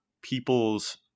people's